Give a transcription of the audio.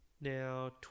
now